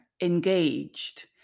engaged